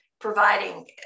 providing